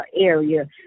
area